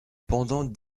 pendant